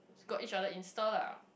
got each other's insta lah